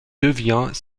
devient